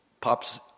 pops